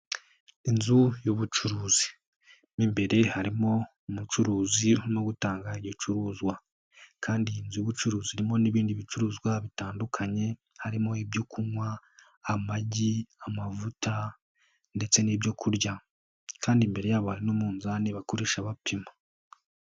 Inzu y'ubucuruzimo, mo imbere harimo umucuruzi no gutanga ibicuruzwa kandi iyi nzu y'ubucuruzi irimo n'ibindi bicuruzwa bitandukanye, harimo ibyo kunywa amagi amavuta ndetse n'ibyo kurya kandi imbere y'abantu n'umuzani bakoresha bapima.